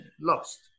lost